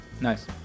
Nice